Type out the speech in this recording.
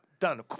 done